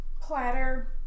platter